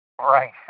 right